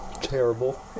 Terrible